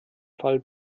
fall